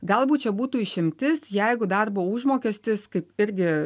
galbūt čia būtų išimtis jeigu darbo užmokestis kaip irgi